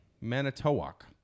Manitowoc